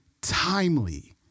timely